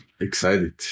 excited